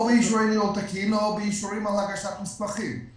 או באישורי ניהול תקין או באישורים על הגשת מסמכים.